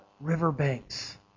riverbanks